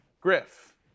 Griff